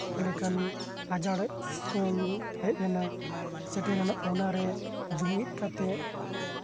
ᱞᱮᱠᱟᱱ ᱟᱡᱟᱨ ᱡᱚᱠᱷᱚᱱ ᱦᱮᱡ ᱞᱮᱱᱟ ᱥᱮᱴᱮᱨᱮᱱᱟ ᱚᱱᱟ ᱨᱮ ᱡᱩᱢᱤᱫ ᱠᱟᱛᱮ